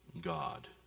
God